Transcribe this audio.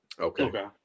Okay